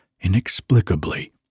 Inexplicably